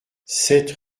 sept